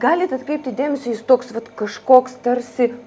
galit atkreipti dėmesį jis toks vat kažkoks tarsi